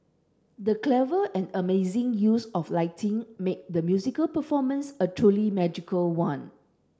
the clever and amazing use of lighting made the musical performance a truly magical one